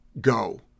go